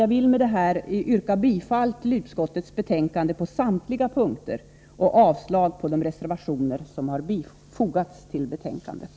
Jag vill med det sagda yrka bifall till utskottets hemställan på samtliga punkter och avslag på de reservationer som fogats till betänkandet.